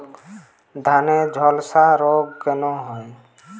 ধানে ঝলসা রোগ কেন হয়?